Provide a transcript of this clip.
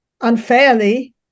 unfairly